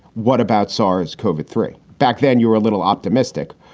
what about sars? covid three back then you were a little optimistic,